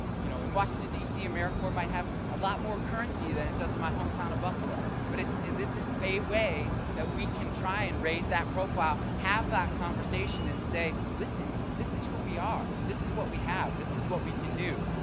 you know, in washington, d c, americorps might have a lot more currency than it does in my hometown of buffalo. but this is a way that we can try and raise that profile. have that conversation and say, listen, this is who we are. this is what we have. this is what we can do.